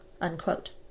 unquote